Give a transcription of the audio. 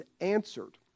answered